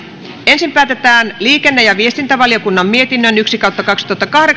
ensin päätetään liikenne ja viestintävaliokunnan mietinnön yksi